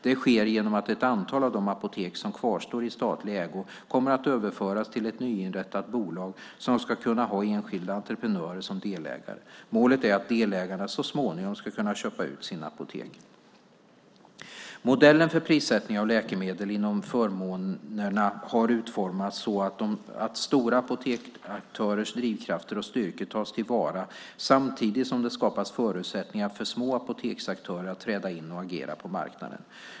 Det sker genom att ett antal av de apotek som kvarstår i statlig ägo kommer att överföras till ett nyinrättat bolag som ska kunna ha enskilda entreprenörer som delägare. Målet är att delägarna så småningom ska kunna köpa ut sina apotek. Modellen för prissättning av läkemedel inom förmånerna har utformats så att stora apoteksaktörers drivkrafter och styrkor tas till vara samtidigt som det skapas förutsättningar för små apoteksaktörer att träda in och agera på marknaden.